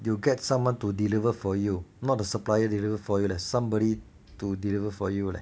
you get someone to deliver for you not a supplier deliver for you there's somebody to deliver for you leh